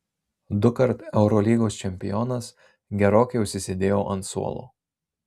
dukart eurolygos čempionas gerokai užsisėdėjo ant suolo